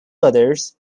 others